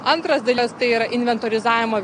antras dalykas tai yra inventorizavimo